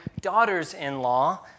daughters-in-law